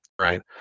right